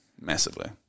Massively